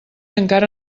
encara